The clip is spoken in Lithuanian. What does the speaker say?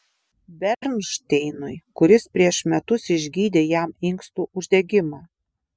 bernšteinui kuris prieš metus išgydė jam inkstų uždegimą